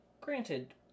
granted